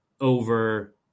over